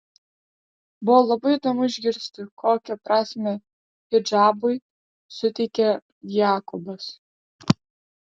buvo labai įdomu išgirsti kokią prasmę hidžabui suteikia jakobas